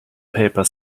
paper